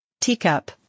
teacup